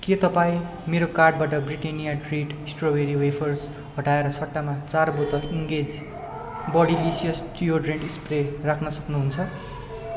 के तपाईँ मेरो कार्टबाट ब्रिटानिया ट्रिट स्ट्रबेरी वेफर्स हटाएर सट्टामा चार बोतल इन्गेज बडीलिसियस डियोड्रेन्ट स्प्रे राख्न सक्नु हुन्छ